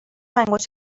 انگشت